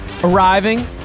Arriving